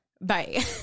bye